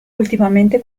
ultimamente